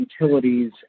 utilities